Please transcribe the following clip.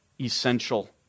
essential